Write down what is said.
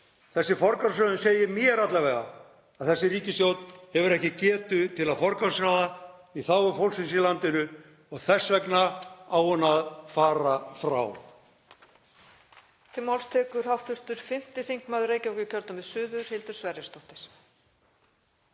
Þessi forgangsröðun segir mér alla vega að þessi ríkisstjórn hefur ekki getu til að forgangsraða í þágu fólksins í landinu og þess vegna á hún að fara frá.